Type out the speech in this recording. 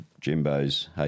Jimbo's